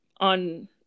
on